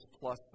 plus